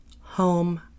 home